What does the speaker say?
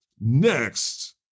Next